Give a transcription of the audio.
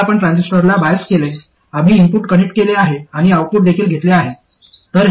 आता आपण ट्रान्झिस्टरला बायस केले आम्ही इनपुट कनेक्ट केले आहे आणि आऊटपुट देखील घेतले आहे